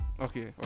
Okay